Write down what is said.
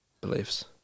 beliefs